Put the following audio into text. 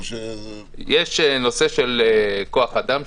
יש נושא של כוח אדם,